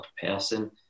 person